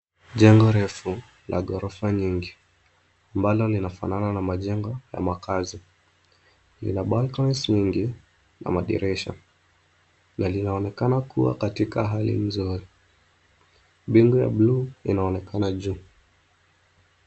Jengo refu la ghorofa nyingi ambalo linafanana na majengo ya makazi lina balconies(cs) nyingi na madirisha yaliyoonekana kuwa katika hali nzuri. Mbingu ya bluu inaonekana juu.